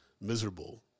miserable